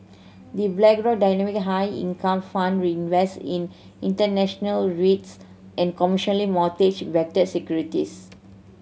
The Blackrock Dynamic High Income Fund invest in international REITs and commercial mortgage backed securities